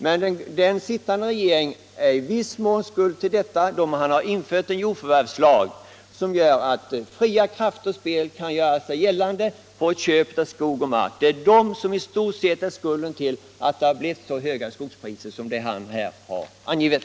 Men den tidigare regeringen är i viss mån skuld till förhållandena, då den infört en jordförvärvslag som gör att fria krafters spel kan göra sig gällande vid köp av skog och mark. Den är i stort sett skuld till att skogspriserna har blivit så höga som herr Fagerlund här har angivit.